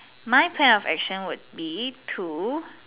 my plan of action would be to